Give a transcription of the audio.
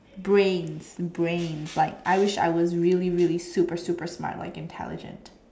brains brains like I wish I was really really super super smart like intelligent